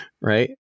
right